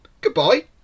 Goodbye